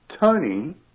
Tony